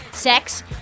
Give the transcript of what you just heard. sex